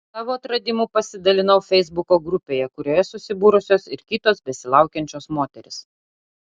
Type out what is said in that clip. savo atradimu pasidalinau feisbuko grupėje kurioje susibūrusios ir kitos besilaukiančios moterys